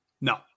No